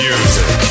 Music